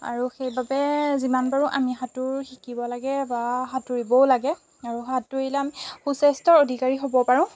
আৰু সেইবাবে যিমান পাৰো আমি সাঁতোৰ শিকিব লাগে বা সাঁতুৰিবও লাগে অৰু সাঁতুৰিলে আমি সুস্বাস্থ্যৰ অধিকাৰী হ'ব পাৰোঁ